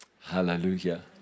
Hallelujah